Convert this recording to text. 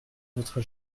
votre